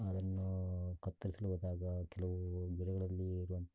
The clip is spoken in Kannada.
ಅದನ್ನು ಕತ್ತರಿಸಲು ಹೋದಾಗ ಕೆಲವು ಬೆಳೆಗಳಲ್ಲಿ ಇರುವಂಥ